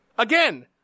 Again